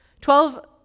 Twelve